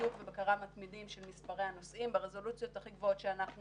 ניטור ובקרה מתמידים של מספרי הנוסעים ברזולוציות הכי גבוהות שאנחנו